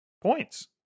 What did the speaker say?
points